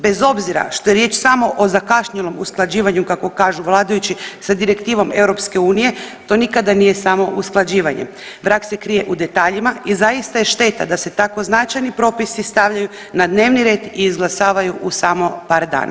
Bez obzira što je riječ samo o zakašnjelom usklađivanju kako kažu vladajući sa direktivom EU to nikada nije samo usklađivanje, vrag se krije u detaljima i zaista je štete da se tako značajni propisi stavljaju na dnevni red i izglasavaju u samo par dana, hvala lijepa.